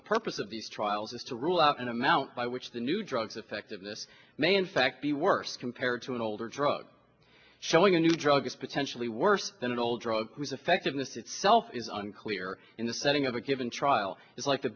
the purpose of these trials is to rule out an amount by which the new drugs effectiveness may in fact be worse compared to an older drug showing a new drug is potentially worse than an old drug whose effectiveness itself is unclear in the setting of a given trial is like the